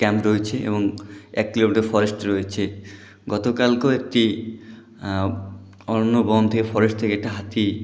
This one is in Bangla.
ক্যাম্প রয়েছে এবং এক কিলোমিটার ফরেস্ট রয়েছে গতকালকেও একটি অরণ্য বন থেকে ফরেস্ট থেকে একটা হাতি